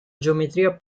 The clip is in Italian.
geometria